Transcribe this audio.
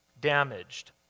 damaged